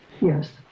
Yes